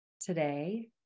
today